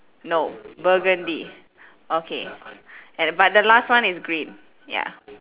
no burgundy okay and but the last one is green ya